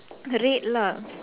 red lah